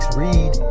read